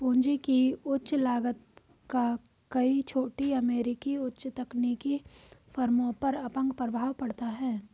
पूंजी की उच्च लागत का कई छोटी अमेरिकी उच्च तकनीकी फर्मों पर अपंग प्रभाव पड़ता है